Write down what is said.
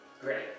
great